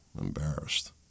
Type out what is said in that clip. embarrassed